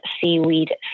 seaweed